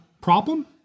problem